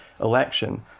election